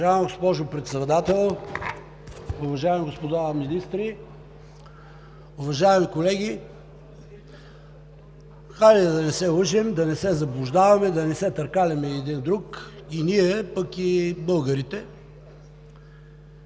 Уважаема госпожо Председател, уважаеми господа министри, уважаеми колеги! Хайде, да не се лъжем, да не се заблуждаваме, да не се търкаляме един друг – и ние, пък и българите!